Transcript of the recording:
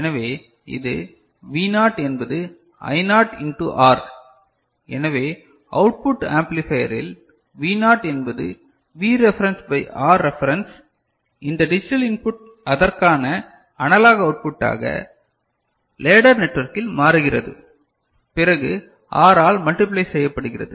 எனவே இது V naught என்பது ஐ நாட் இன்டு ஆர் எனவே அவுட்புட் ஆம்ப்ளிபையர் இல் வி நாட் என்பது V reference by R reference இந்த டிஜிட்டல் இன்புட் அதற்கான அனலாக் அவுட்புட்டாக லேட்டர் நெட்வொர்க்கில் மாறுகிறது பிறகு R ஆல் மல்டிபிளை செய்யப்படுகிறது